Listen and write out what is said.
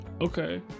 Okay